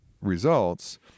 results